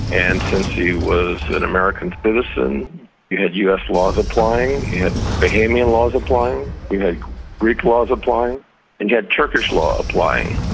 and since he was an american citizen you had us laws applying, you had bahamian laws applying, you had greek laws applying and you had turkish law applying.